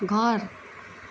घर